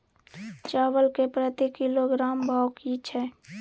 चावल के प्रति किलोग्राम भाव की छै?